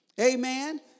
Amen